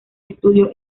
estudio